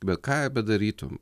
bet ką bedarytum